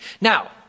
Now